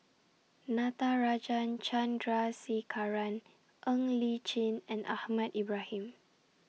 Natarajan Chandrasekaran Ng Li Chin and Ahmad Ibrahim